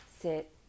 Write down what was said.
sit